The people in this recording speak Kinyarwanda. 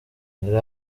hari